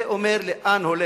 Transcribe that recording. זה אומר לאן היא הולכת,